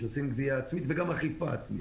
שמבצעים גבייה עצמית ואכיפה עצמית.